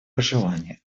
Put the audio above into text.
пожелание